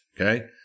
okay